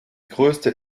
größte